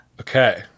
Okay